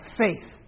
faith